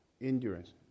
endurance